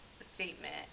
statement